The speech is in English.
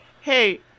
Hey